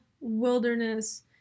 wilderness